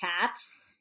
cats